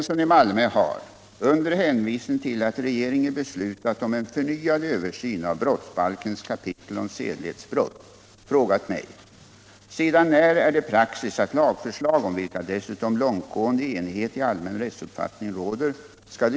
Statsrådet har tillsatt en ny utredning för att överse en tidigare utrednings förslag om ändringar i sexualbrottslagstiftningen.